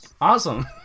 awesome